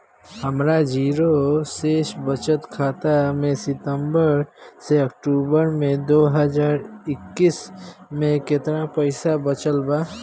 हमार जीरो शेष बचत खाता में सितंबर से अक्तूबर में दो हज़ार इक्कीस में केतना पइसा बचल बा?